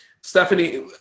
Stephanie